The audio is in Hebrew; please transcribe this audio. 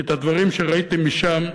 כי את הדברים שראיתם משם,